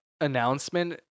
announcement